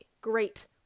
Great